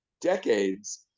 decades